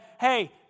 hey